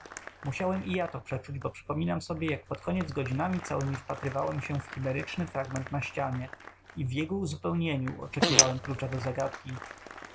musiałem i ja to przeczuć bo przypominam sobie jak pod koniec godzinami całemi wpatrywałem się w chimeryczny fragment na ścianie i w jego uzupełnieniu oczekiwałem klucza do zagadki